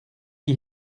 die